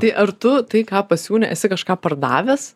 tai ar tu tai ką pasiūni esi kažką pardavęs